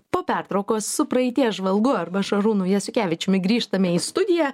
po pertraukos su praeities žvalgu arba šarūnu jasikevičiumi grįžtame į studiją